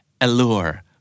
allure